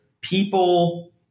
people